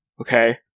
okay